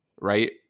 right